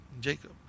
Jacob